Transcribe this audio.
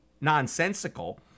nonsensical